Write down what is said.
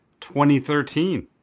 2013